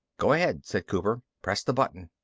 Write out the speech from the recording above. go ahead, said cooper. press the button.